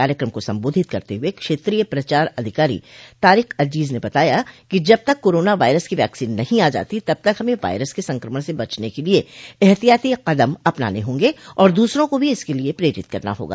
कार्यक्रम को संबोधित करते हुए क्षेत्रीय प्रचार अधिकारी तारिक अजीज ने बताया कि जब तक कोरोना वायरस की वैक्सीन नहीं आ जाती तब तक हमें वायरस के संक्रमण से बचने के लिये ऐतियाती कदम अपनाने होंगे और दूसरों को भी इसके लिये प्रेरित करना होगा